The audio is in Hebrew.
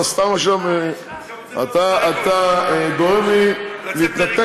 אתה סתם עכשיו, אתה גורם לי, לצאת מריכוז.